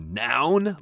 noun